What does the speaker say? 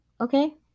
okay